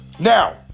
Now